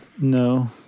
No